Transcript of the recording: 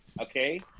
okay